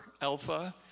Alpha